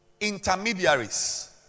Intermediaries